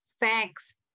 thanks